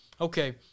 Okay